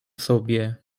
sobie